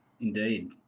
Indeed